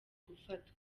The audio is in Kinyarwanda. gufatwa